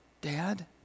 Dad